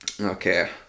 okay